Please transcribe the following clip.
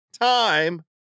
time